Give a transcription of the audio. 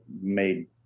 made